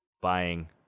buying